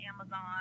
Amazon